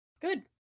good